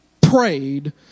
prayed